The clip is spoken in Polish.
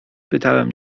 pytałem